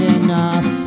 enough